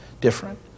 different